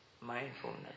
mindfulness